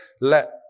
Let